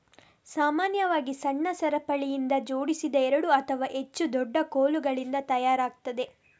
ಸಾಮಾನ್ಯವಾಗಿ ಸಣ್ಣ ಸರಪಳಿಯಿಂದ ಜೋಡಿಸಿದ ಎರಡು ಅಥವಾ ಹೆಚ್ಚು ದೊಡ್ಡ ಕೋಲುಗಳಿಂದ ತಯಾರಾಗ್ತದೆ